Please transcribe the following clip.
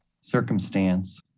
circumstance